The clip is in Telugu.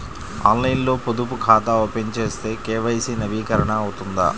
ఆన్లైన్లో పొదుపు ఖాతా ఓపెన్ చేస్తే కే.వై.సి నవీకరణ అవుతుందా?